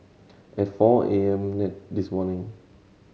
at four A M this morning